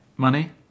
Money